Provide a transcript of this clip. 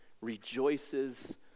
rejoices